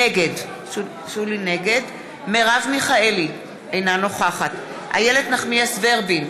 נגד מרב מיכאלי, אינה נוכחת איילת נחמיאס ורבין,